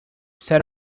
set